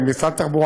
משרד התחבורה,